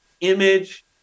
image